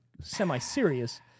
semi-serious